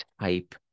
type